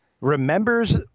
remembers